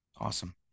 Awesome